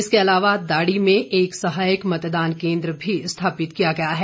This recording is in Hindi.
इसके अलावा दाड़ी में एक सहायक मतदान केन्द्र भी स्थापित किया गया है